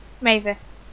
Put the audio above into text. Mavis